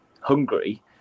hungry